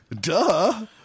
duh